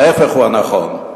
ההיפך הוא הנכון.